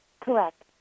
Correct